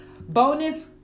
Bonus